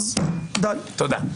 אז די.